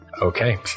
Okay